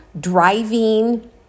driving